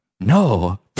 no